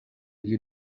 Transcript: you